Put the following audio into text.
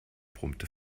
brummte